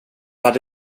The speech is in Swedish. hade